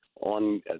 on